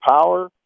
power